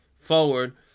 forward